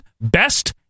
best